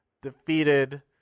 defeated